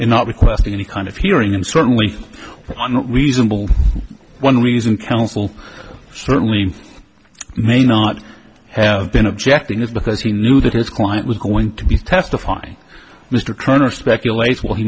in not requesting any kind of hearing and certainly not reasonable one reason counsel certainly may not have been objecting is because he knew that his client was going to be testifying mr turner speculates well he